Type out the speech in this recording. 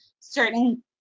certain